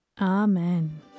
Amen